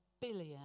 billion